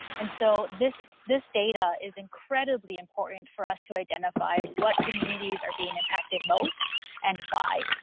and so this this data is incredibly important for us to identify what communities are being impacted most and why.